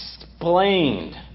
explained